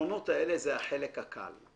הפתרונות האלה זה החלק הקל.